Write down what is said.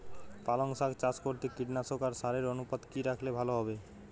পালং শাক চাষ করতে কীটনাশক আর সারের অনুপাত কি রাখলে ভালো হবে?